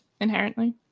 inherently